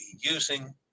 using